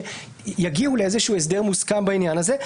שיגיעו לאיזשהו הסדר מוסכם בעניין הזה.